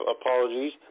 apologies